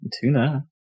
Tuna